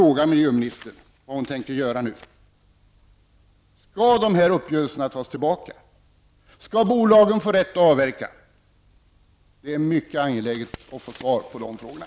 Skall de här uppgörelserna tas tillbaka? Skall bolagen få rätt att avverka? Det är mycket angeläget att få svar på de frågorna.